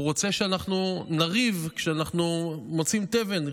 הוא רוצה שאנחנו נריב כשאנחנו מוצאים תבן.